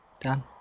Done